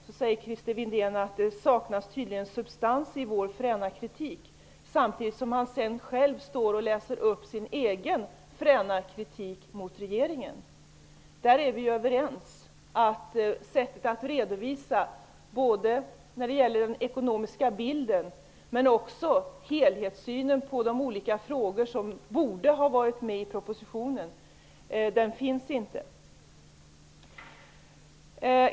Christer Windén säger att det saknas substans i Socialdemokraternas fräna kritik och samtidigt läser han upp sin egen fräna kritik mot regeringen. Vi är överens när det gäller redovisningen av den ekonomiska bilden men också om att den helhetssyn på de olika frågorna som borde ha varit med i propositionen inte finns där.